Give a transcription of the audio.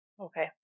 Okay